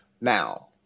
Now